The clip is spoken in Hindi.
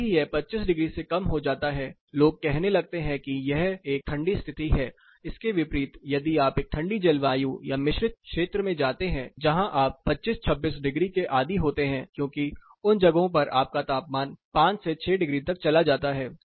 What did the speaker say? जैसे ही यह 25 डिग्री से कम हो जाता है लोग कहने लगते हैं कि यह एक ठंडी स्थिति है इसके विपरीत यदि आप एक ठंडी जलवायु या एक मिश्रित क्षेत्र में जाते हैं जहां आप 25 26 डिग्री के आदि होते हैं क्योंकि उन जगहों पर आपका तापमान 5 से 6 डिग्री तक चला जाता है